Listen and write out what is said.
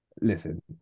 listen